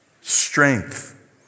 strength